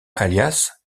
alias